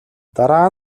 дараа